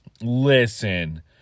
Listen